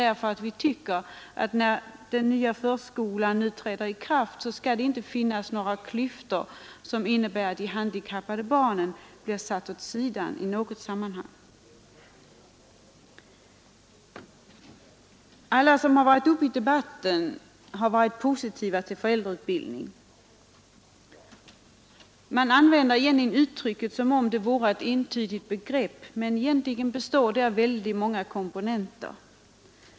Vi tycker nämligen att när den nya förskolan nu träder i kraft skall det inte finnas några klyftor som gör att de handikappade barnen blir satta åt sidan i något sammanhang. Alla som varit uppe i debatten har varit positiva till föräldrautbildning. Man använder uttrycket som om det vore ett entydigt begrepp, men egentligen består det av väldigt många komponenter.